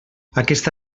aquesta